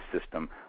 system